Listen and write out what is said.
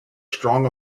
strong